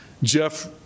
Jeff